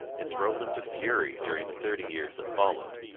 it drove them to fury during the thirty years that followed.